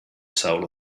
soul